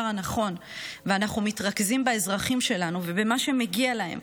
הנכון ואנחנו מתרכזים באזרחים שלנו ובמה שמגיע להם